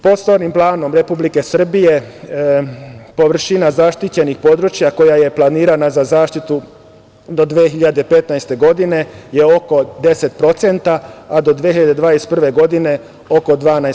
Prostornim planom Republike Srbije površina zaštićenih područja koja je planirana za zaštitu do 2015. godine je oko 10%, a do 2021. godine oko 12%